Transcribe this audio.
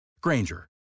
Granger